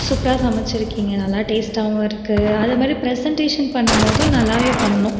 சூப்பராக சமைச்சிருக்கீங்க நல்லா டேஸ்ட்டாகவும் இருக்குது அதே மாதிரி ப்ரசண்டேஷன் பண்ணும்போதும் நல்லாவே பண்ணிணோம்